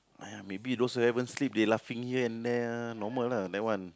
uh maybe those haven't sleep they laughing here and there normal lah that one